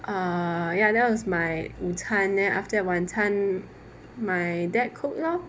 err ya that was my 午餐 then after that 晚餐 my dad cooked lor